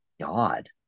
god